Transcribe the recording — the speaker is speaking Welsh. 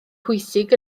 pwysig